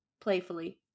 playfully